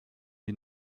die